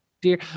dear